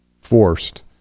forced